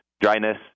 dryness